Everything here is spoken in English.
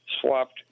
swapped